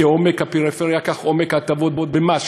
כעומק הפריפריה עומק ההטבות במס.